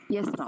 Yes